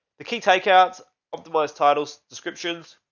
the key takeouts of the most titles, descriptions,